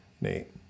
Nate